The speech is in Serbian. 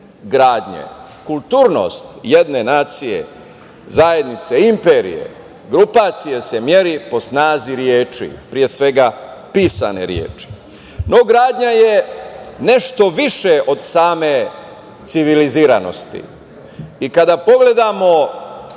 gradnje. Kulturnost jedne nacije, zajednice, imperije, grupacije se meri po snazi reči, pre svega pisane reči. No, gradnja je nešto više od same civiliziranosti i kada pogledamo